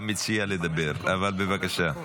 למציע לדבר, אבל בבקשה, דבר.